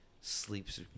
sleep's